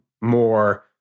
more